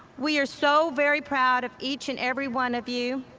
we are so very proud of each and every one of you.